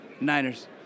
Niners